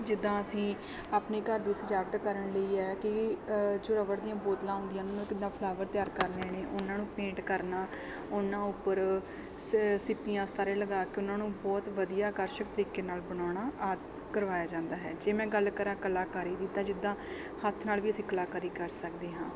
ਜਿੱਦਾਂ ਅਸੀਂ ਆਪਣੇ ਘਰ ਦੀ ਸਜਾਵਟ ਕਰਨ ਲਈ ਹੈ ਕਿ ਜੋ ਰਬੜ ਦੀਆਂ ਬੋਤਲਾਂ ਹੁੰਦੀਆਂ ਨੇ ਉਹ ਕਿੱਦਾਂ ਫਲਾਵਰ ਤਿਆਰ ਕਰਨੇ ਨੇ ਉਹਨਾਂ ਨੂੰ ਪੇਂਟ ਕਰਨਾ ਉਹਨਾਂ ਉੱਪਰ ਸ ਸਿੱਪੀਆਂ ਸਿਤਾਰੇ ਲਗਾ ਕੇ ਉਹਨਾਂ ਨੂੰ ਬਹੁਤ ਵਧੀਆ ਅਕਰਸ਼ਕ ਤਰੀਕੇ ਨਾਲ ਬਣਾਉਣਾ ਆਦਿ ਕਰਵਾਇਆ ਜਾਂਦਾ ਹੈ ਜੇ ਮੈਂ ਗੱਲ ਕਰਾਂ ਕਲਾਕਾਰੀ ਦੀ ਤਾਂ ਜਿੱਦਾਂ ਹੱਥ ਨਾਲ ਵੀ ਅਸੀਂ ਕਲਾਕਾਰੀ ਕਰ ਸਕਦੇ ਹਾਂ